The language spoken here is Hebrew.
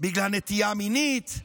בגלל נטייה מינית,